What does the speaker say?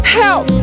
help